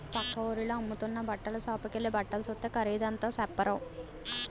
పక్క వూరిలో అమ్ముతున్న బట్టల సాపుకెల్లి బట్టలు సూస్తే ఖరీదు ఎంత సెప్పారో